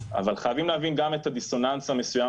אבל חייבים להבין גם את הדיסוננס המסוים